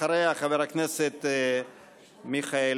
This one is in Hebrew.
אחריה, חבר הכנסת מיכאל